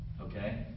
Okay